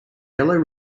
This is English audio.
yellow